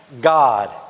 God